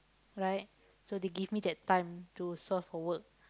right so they give me that time to source for work